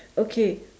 okay